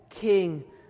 King